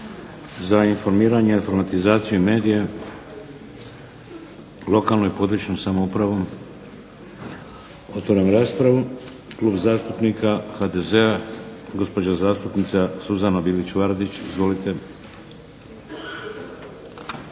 Za informiranje, informatizaciju i medije? Lokalnu i područnu samoupravu? Otvaram raspravu. Klub zastupnika HDZ-a, gospođa zastupnica Suzana Bilić Vardić. Izvolite.